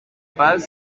paz